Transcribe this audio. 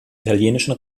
italienischen